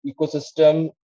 ecosystem